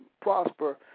prosper